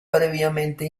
previamente